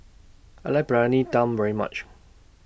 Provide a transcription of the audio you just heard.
I like Briyani Dum very much